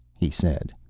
he said.